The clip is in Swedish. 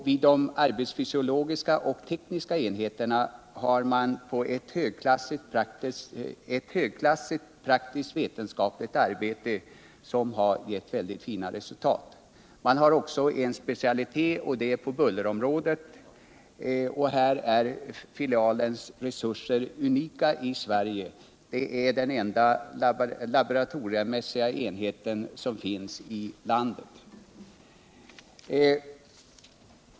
Vid de arbetsfysiologiska och tekniska enheterna har man påbörjat ett högklassigt praktiskt vetenskapligt arbete som givit väldigt fina resultat. Man har också en specialitet, nämligen bullerområdet. Här är filialens resurser unika i Sverige. Det är den enda laboratoricmässiga enhet som finns i landet.